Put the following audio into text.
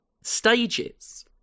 stages